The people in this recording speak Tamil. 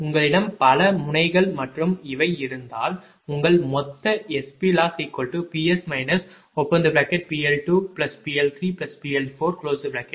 உங்களிடம் பல முனைகள் மற்றும் இவை இருந்தால் உங்கள் மொத்த SPLossPs PL2PL3PL4